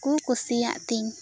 ᱠᱩᱥᱤᱭᱟᱜ ᱛᱤᱧ